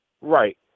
Right